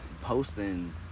posting